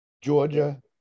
Georgia